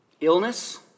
Illness